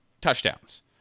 touchdowns